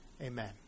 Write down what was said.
amen